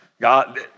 God